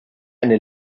eine